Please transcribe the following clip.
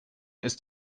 ist